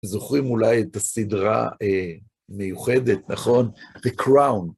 זוכרים אולי את הסדרה, מיוחדת, נכון, The Crown.